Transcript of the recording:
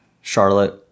Charlotte